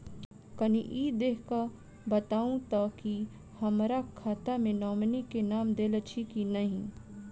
कनि ई देख कऽ बताऊ तऽ की हमरा खाता मे नॉमनी केँ नाम देल अछि की नहि?